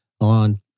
on